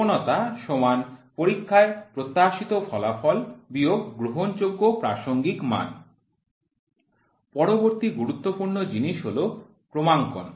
প্রবণতা পরীক্ষায় প্রত্যাশিত ফলাফল গ্রহণযোগ্য প্রাসঙ্গিক মান পরবর্তী গুরুত্বপূর্ণ জিনিস হল ক্রমাঙ্কন